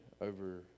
over